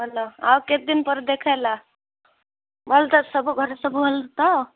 ଭଲ ଆଉ କେତେ ଦିନ ପରେ ଦେଖା ହେଲା ଭଲ ତ ସବୁ ଘରେ ଭଲ ତ